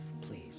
please